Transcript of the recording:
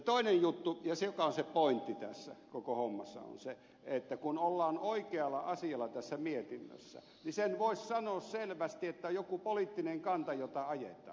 toinen juttu ja se joka on se pointti tässä koko hommassa on se että kun ollaan oikealla asialla tässä mietinnössä niin sen voisi sanoa selvästi että on joku poliittinen kanta jota ajetaan